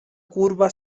curva